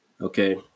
Okay